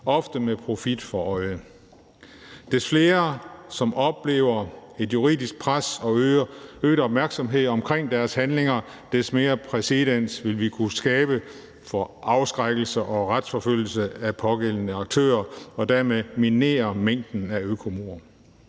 ofte med profit for øje. Des flere, som oplever et juridisk pres og øget opmærksomhed om deres handlinger, des mere præcedens vil vi kunne skabe for afskrækkelse og retsforfølgelse af de pågældende aktører og dermed minimere mængden af økomord.